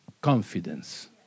confidence